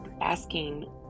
asking